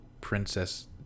Princess